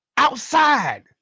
Outside